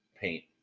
paint